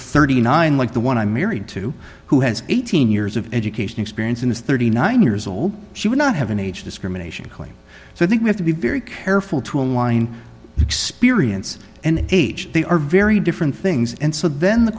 thirty nine like the one i married to who has eighteen years of education experience and is thirty nine years old she would not have an age discrimination claim so i think you have to be very careful to align experience and age they are very different things and so then the